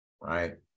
right